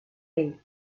ell